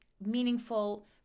meaningful